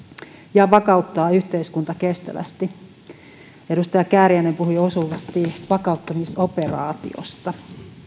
ja vakauttaa yhteiskunta kestävästi edustaja kääriäinen puhui osuvasti vakauttamisoperaatiosta